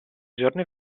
giorni